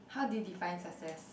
how do you define success